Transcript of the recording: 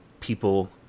people